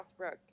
Southbrook